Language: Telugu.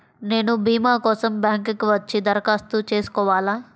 నేను భీమా కోసం బ్యాంక్కి వచ్చి దరఖాస్తు చేసుకోవాలా?